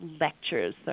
lectures